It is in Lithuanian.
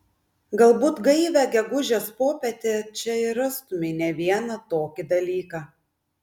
galbūt gaivią gegužės popietę čia ir rastumei ne vieną tokį dalyką